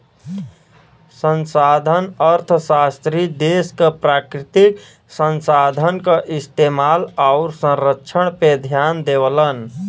संसाधन अर्थशास्त्री देश क प्राकृतिक संसाधन क इस्तेमाल आउर संरक्षण पे ध्यान देवलन